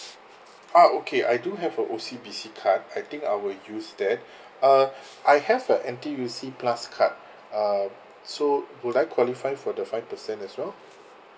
ah okay I do have a O_C_B_C card I think I will use that uh I have a N_T_U_C plus card uh so would I qualify for the five percent as well